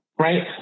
Right